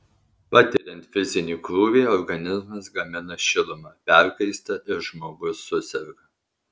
patiriant fizinį krūvį organizmas gamina šilumą perkaista ir žmogus suserga